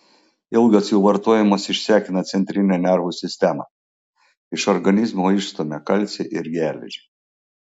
ilgas jų vartojimas išsekina centrinę nervų sistemą iš organizmo išstumia kalcį ir geležį